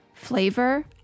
flavor